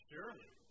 Surely